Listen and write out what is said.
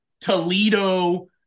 Toledo